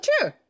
true